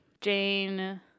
Jane